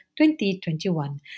2021